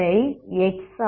இதை x